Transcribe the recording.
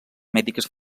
mèdiques